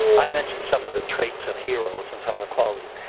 i mentioned some of the traits of heroes and some of the qualities,